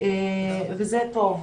וזה טוב.